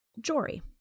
Jory